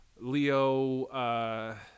Leo